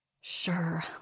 Sure